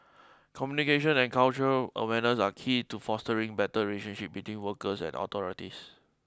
communication and cultural awareness are key to fostering better relationship between workers and authorities